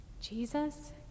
Jesus